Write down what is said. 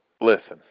listen